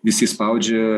visi spaudžia